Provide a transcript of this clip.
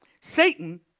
Satan